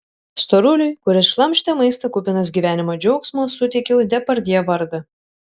storuliui kuris šlamštė maistą kupinas gyvenimo džiaugsmo suteikiau depardjė vardą